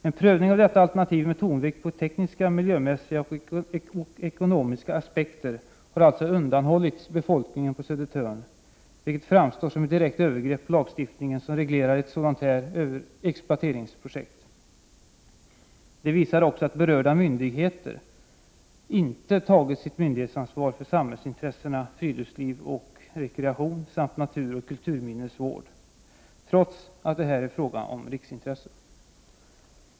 En prövning av detta alternativ med tonvikt på tekniska, miljömässiga och ekonomiska aspekter har alltså undanhållits befolkningen på Södertörn, vilket framstår som ett direkt övergrepp på den lagstiftning som reglerar ett sådant här exploateringsprojekt. Det visar också att berörda myndigheter inte tagit sitt myndighetsansvar för samhällsintressen, friluftsliv och rekreation samt naturoch kulturminnesvård, trots att det här är fråga om riksintressen.